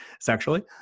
sexually